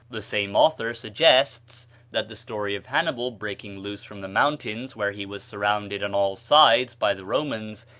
the same author suggests that the story of hannibal breaking loose from the mountains where he was surrounded on all sides by the romans,